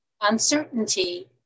uncertainty